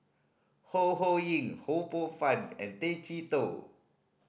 Ho Ho Ying Ho Poh Fun and Tay Chee Toh